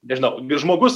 nežinau gi žmogus